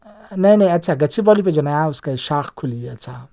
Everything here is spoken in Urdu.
نہیں نہیں اچھا گچھی باؤلی پہ جو نیا اس کی شاخ کھلی ہے اچھا